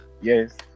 Yes